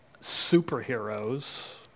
superheroes